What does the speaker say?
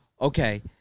Okay